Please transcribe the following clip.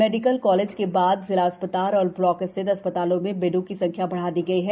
medical college के बाद जिला अस्पताल और ब्लाको में स्थित अस् तालों में बेडों की संख्या बढ़ा दी गई है